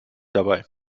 dabei